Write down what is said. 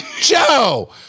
Joe